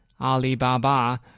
Alibaba